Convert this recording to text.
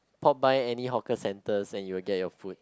pop by any hawker centre and you will get your food